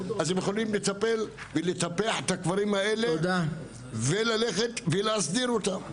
אז הם יכולים לטפל ולטפח את הכפרים האלה וללכת ולהסדיר אותם.